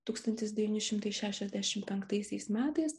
tūkstantis devyni šimtai šešiasdešimt penktaisiais metais